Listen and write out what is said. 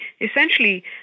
essentially